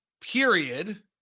period